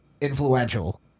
influential